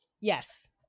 Yes